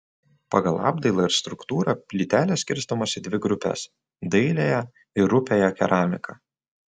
pagal apdailą ir struktūrą plytelės skirstomos į dvi grupes dailiąją ir rupiąją keramiką